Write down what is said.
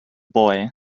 boy